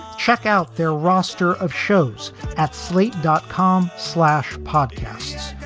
check out their roster of shows at slate dot com. slash podcasts.